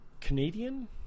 Canadian